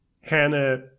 Hannah